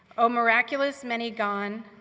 oh, miraculous many gone.